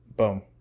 Boom